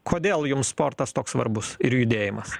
kodėl jums sportas toks svarbus ir judėjimas